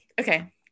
Okay